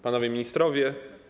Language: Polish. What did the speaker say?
Panowie Ministrowie!